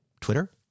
Twitter